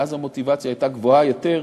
ואז המוטיבציה הייתה גבוהה יותר,